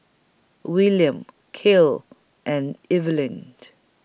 Willian Kael and Evalyn